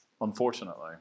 Unfortunately